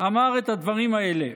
אמר את הדברים האלה,